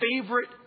favorite